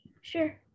sure